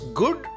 good